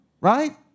right